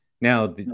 Now